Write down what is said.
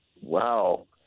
wow